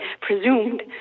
presumed